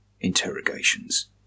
interrogations